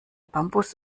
bambus